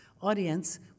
audience